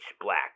black